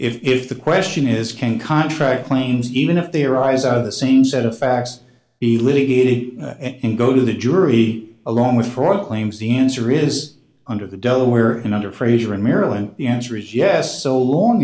so if the question is can contract claims even if they arise out of the same set of facts be litigated and go to the jury along with proclaims the answer is under the delaware and under frazier in maryland the answer is yes so long